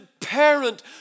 parent